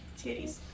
titties